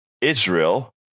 Israel